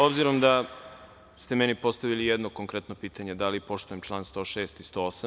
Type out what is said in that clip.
Obzirom da ste meni postavili jedno konkretno pitanje, da li poštujem član 106. i 108?